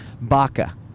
BACA